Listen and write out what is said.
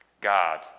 God